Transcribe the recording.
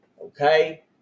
Okay